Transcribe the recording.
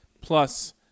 Plus